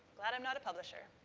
glad i'm not a publisher.